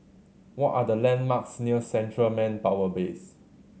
what are the landmarks near Central Manpower Base